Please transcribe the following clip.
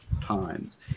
times